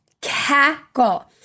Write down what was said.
cackle